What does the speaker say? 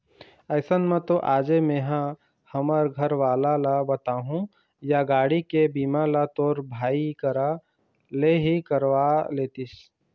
अइसन म तो आजे मेंहा हमर घरवाला ल बताहूँ या गाड़ी के बीमा ल तोर भाई करा ले ही करवा लेतिस